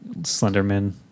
Slenderman